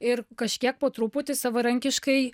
ir kažkiek po truputį savarankiškai